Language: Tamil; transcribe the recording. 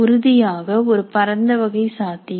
உறுதியாக ஒரு பரந்த வகை சாத்தியம்